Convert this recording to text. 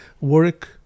Work